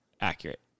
accurate